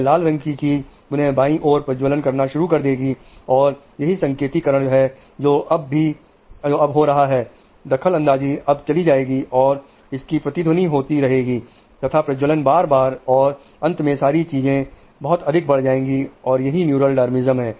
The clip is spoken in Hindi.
यह लाल रंग की चीज पुनः बाई और प्रज्वलन करना शुरू कर देगी और यही संकेती करण है जो अब हो रहा है दखल अंदाजी अब चली जाएगी और इसकी प्रतिध्वनि होती रहेगी तथा प्रज्वलन बार बार और अंत में सारी चीज बहुत अधिक बढ़ जाएगी और यही न्यूरल डार्विनिज्म है